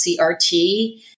CRT